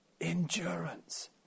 Endurance